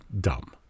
dumb